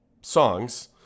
songs